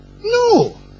No